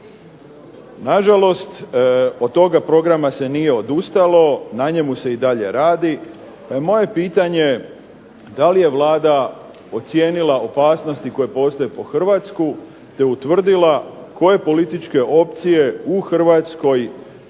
Nažalost, od toga programa se nije odustalo, na njemu se i dalje radi, pa je moje pitanje, da li je Vlada ocijenila opasnosti koje postoje po Hrvatsku te utvrdila koje političke opcije u Hrvatskoj